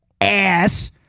ass